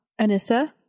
Anissa